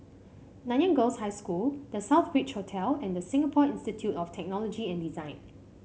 Nanyang Girls' High School The Southbridge Hotel and Singapore of Technology and Design